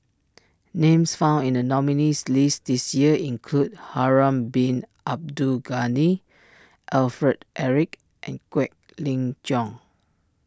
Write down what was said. names found in the nominees' list this year include Harun Bin Abdul Ghani Alfred Eric and Quek Ling Jiong